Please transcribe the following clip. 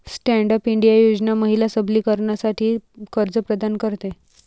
stand up India योजना महिला सबलीकरणासाठी कर्ज प्रदान करते